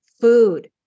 food